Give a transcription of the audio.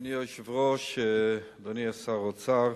אדוני היושב-ראש, אדוני שר האוצר,